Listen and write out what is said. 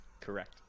Correct